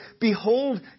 Behold